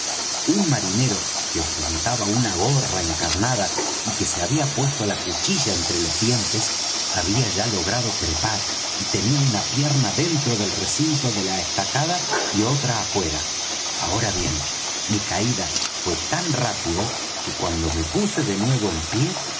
un marinero que ostentaba una gorra encarnada y que se había puesto la cuchilla entre los dientes había ya logrado trepar y tenía una pierna dentro del recinto de la estacada y otra afuera ahora bien mi caída fué tan rápida que cuando me puse de nuevo en pie